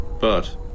But